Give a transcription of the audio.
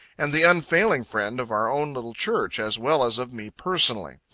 and the unfailing friend of our own little church, as well as of me personally.